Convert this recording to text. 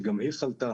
שגם היא חלתה.